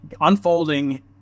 unfolding